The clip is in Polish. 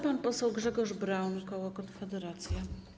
Pan poseł Grzegorz Braun, koło Konfederacja.